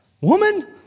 Woman